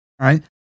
right